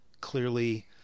clearly